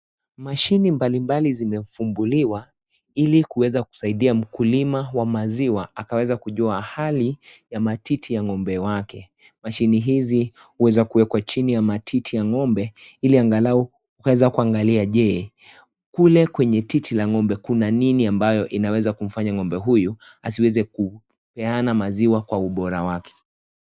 Mashini mbalimbali zimefumbuliwa ili kuweza kusaidia mkulima wa maziwa akaweza kujua hali ya matiti ya ng'omba wake. Mashini hizi huweza kuwekwa chini ya matiti ya ng'ombe ili angalau kuweza kuangalia je, kule kwenye titi la ng'ombe kuna nini ambayo inaweza kumfanya ng'ombe huyu asiweze kupeana maziwa kwa ubora wake.